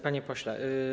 Panie Pośle!